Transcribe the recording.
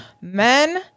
men